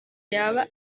yaba